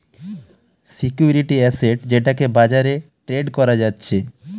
security asset যেটাকে বাজারে trade করা যাচ্ছে